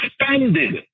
expanded